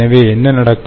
எனவே என்ன நடக்கும்